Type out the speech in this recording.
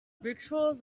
rickshaws